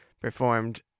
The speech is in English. performed